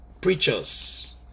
preachers